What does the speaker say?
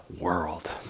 world